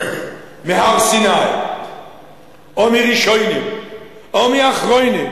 מהר-סיני או מראשונים או מאחרונים,